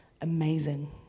amazing